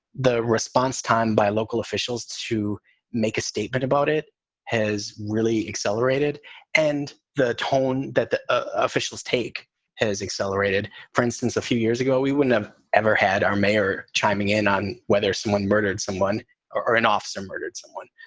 the response time by local officials to make a statement about it has really accelerated and the tone that the ah officials take has accelerated. for instance, a few years ago, we wouldn't have ever had our mayor chiming in on whether someone murdered someone or an officer murdered someone.